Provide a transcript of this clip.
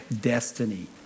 destiny